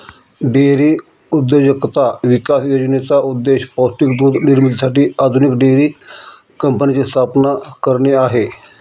dairy उद्योजकता विकास योजनेचा उद्देश पौष्टिक दूध निर्मितीसाठी आधुनिक डेअरी कंपन्यांची स्थापना करणे आहे